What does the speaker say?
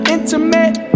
Intimate